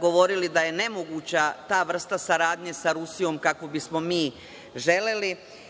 govorili da je nemoguća ta vrsta saradnje sa Rusijom kako bismo mi želeli